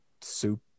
soup